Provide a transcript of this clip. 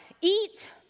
eat